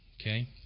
Okay